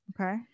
Okay